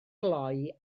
glou